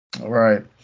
Right